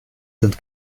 sind